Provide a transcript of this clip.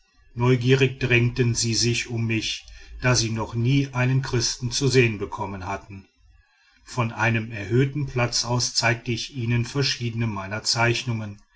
neugierig drängten sie sich um mich da sie noch nie einen christen zu sehen bekommen hatten von einem erhöhten platz aus zeigte ich ihnen verschiedene meiner zeichnungen